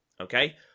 okay